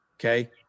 Okay